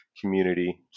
community